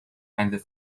and